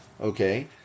okay